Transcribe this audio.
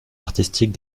artistique